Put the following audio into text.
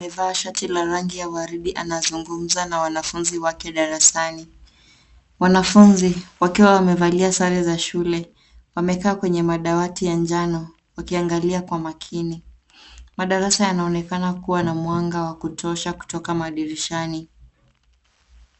Mwalimu aliyevaa shati la rangi ya waridi anazungumza na wanafunzi wake darasani. Wanafunzi wakiwa wamevalia sare za shule, wamekaa kwenye madawati ya njano, wakiangalia kwa makini. Madarasa yanaonekana kuwa na mwanga wa kutosha kutoka madirishani.